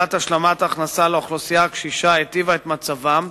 הגדלת השלמת הכנסה לאוכלוסייה הקשישה היטיבה את מצבם,